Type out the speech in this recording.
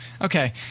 Okay